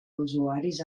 usuaris